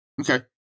Okay